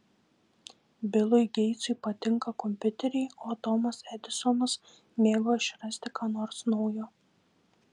bilui geitsui patinka kompiuteriai o tomas edisonas mėgo išrasti ką nors naujo